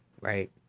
right